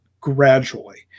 gradually